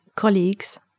colleagues